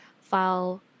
file